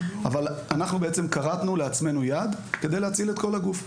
אבל אנחנו בעצם כרתנו לעצמנו יד כדי להציל את כל הגוף,